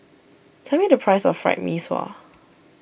tell me the price of Fried Mee Sua